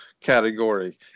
category